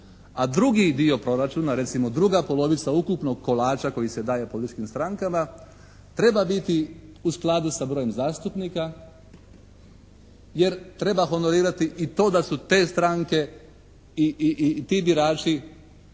a drugi dio proračuna, recimo druga polovica ukupnog kolača koji se daje političkim strankama treba biti u skladu sa brojem zastupnika jer treba honorirati i to da su te stranke i ti birači